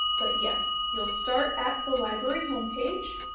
but yes, you'll start at the library homepage,